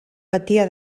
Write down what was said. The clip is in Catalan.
patia